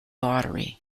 lottery